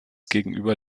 gegenüber